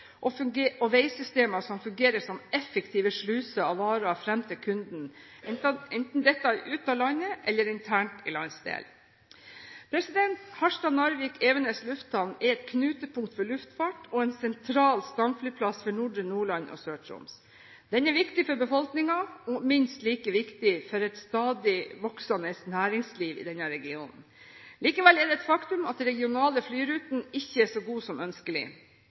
året rundt, og veisystemer som fungerer som effektive sluser av varer fram til kunden, enten det er ut av landet eller internt i landsdelen. Harstad/Narvik lufthavn Evenes er et knutepunkt for luftfart og en sentral stamflyplass for nordre Nordland og Sør-Troms. Den er viktig for befolkningen og minst like viktig for et stadig voksende næringsliv i denne regionen. Likevel er det er faktum at de regionale flyrutene ikke er så gode som ønskelig.